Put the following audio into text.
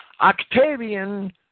Octavian